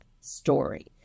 story